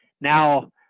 now